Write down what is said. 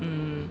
um